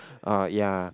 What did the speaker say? ah ya